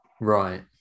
Right